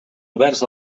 oberts